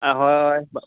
ᱦᱳᱭ